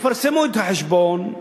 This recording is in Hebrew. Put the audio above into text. יפרסמו את החשבון,